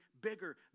bigger